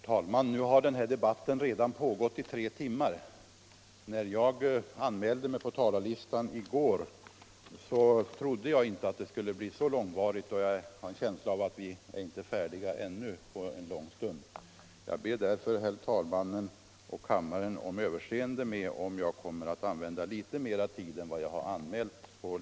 Herr talman! Den här debatten har nu redan pågått i tre timmar. När jag i går anmälde mig på talarlistan trodde jag inte att debatten skulle bli så långvarig, och jag har en känsla av att vi ännu inte är färdiga på en lång stund. Jag ber därför herr talmannen och kammaren om överseende med om jag kommer att använda litet längre tid än jag anmält.